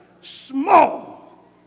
small